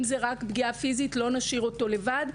אם זו רק פגיעה פיזית לא נשאיר אותו לבד,